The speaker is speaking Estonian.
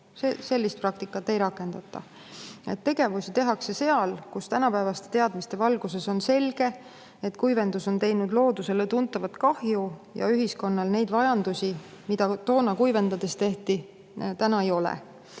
Sellist praktikat ei rakendata. Tegevusi tehakse seal, kus tänapäevaste teadmiste valguses on selge, et kuivendus on teinud loodusele tuntavat kahju, ja ühiskonnal neid vajadusi, mida toona kuivendades [silmas peeti], enam ei ole.